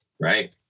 right